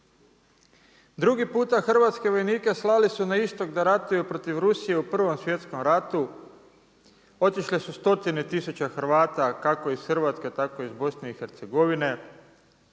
Drugi puta hrvatske vojnike slali su na istok da ratuju protiv Rusije u 1.svjetskom ratu, otišle su 100 tisuće Hrvata, kako iz Hrvatske tako iz BIH najmanje